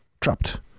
trapped